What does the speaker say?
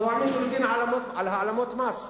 אותו העמידו לדין על העלמות מס,